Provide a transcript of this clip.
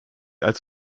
als